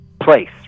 place